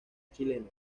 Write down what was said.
chileno